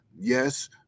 yes